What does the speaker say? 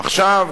עכשיו,